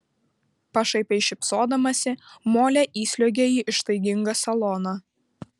pašaipiai šypsodamasi molė įsliuogė į ištaigingą saloną